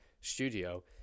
studio